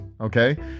okay